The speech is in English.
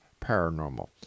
Paranormal